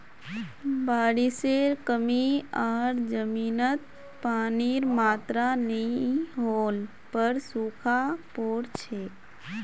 बारिशेर कमी आर जमीनत पानीर मात्रा नई होल पर सूखा पोर छेक